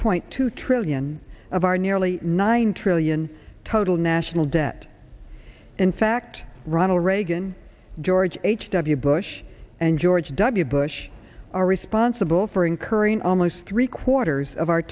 point two trillion of our nearly nine trillion total national debt in fact ronald reagan george h w bush and george w bush are responsible for incurring almost three quarters of our